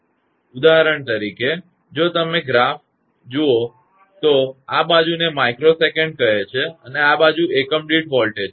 ઉદાહરણ તરીકે જો તમે ગ્રાફ આલેખ જુઓ તો આ બાજુ તે 𝜇𝑠Time 𝜇𝑠 છે અને આ બાજુ એકમ દીઠ વોલ્ટેજ છે